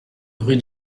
rue